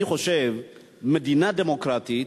אני חושב שמדינה דמוקרטית,